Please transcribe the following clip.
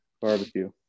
Barbecue